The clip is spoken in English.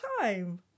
time